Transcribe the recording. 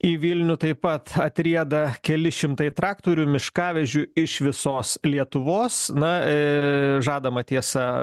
į vilnių taip pat atrieda keli šimtai traktorių miškavežių iš visos lietuvos na e žadama tiesa